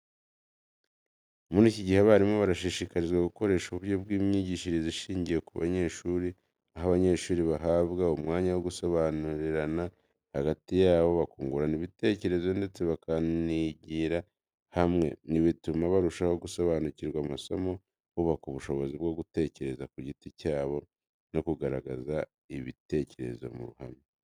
Muri iki gihe, abarimu barashishikarizwa gukoresha uburyo bw'imyigishirize ishingiye ku banyeshuri, aho abanyeshuri bahabwa umwanya wo gusobanurirana hagati yabo, bakungurana ibitekerezo ndetse bakanigira hamwe. Ibi bituma barushaho gusobanukirwa amasomo, bubaka ubushobozi bwo gutekereza ku giti cyabo no kugaragaza ibitekerezo mu ruhame.